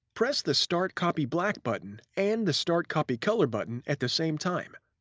press the start copy black button and the start copy color button at the same time.